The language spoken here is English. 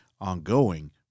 ongoing